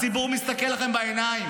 הציבור מסתכל לכם בעיניים.